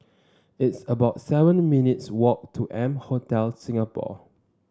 it's about seven minutes' walk to M Hotel Singapore